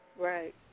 Right